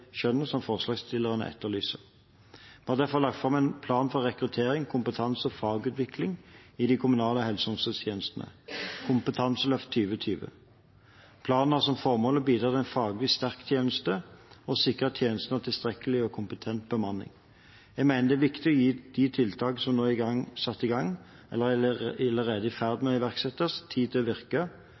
skjønnet som forslagsstillerne etterlyser. Vi har derfor lagt fram en plan for rekruttering, kompetanse og fagutvikling i de kommunale helse- og omsorgstjenestene: Kompetanseløft 2020. Planen har som formål å bidra til en faglig sterk tjeneste og å sikre tjenestene tilstrekkelig og kompetent bemanning. Jeg mener det er viktig å gi de tiltakene som nå er satt i gang eller er i ferd med å iverksettes, tid til å virke,